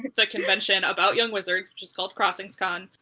the convention about young wizards, which is called crossingscon,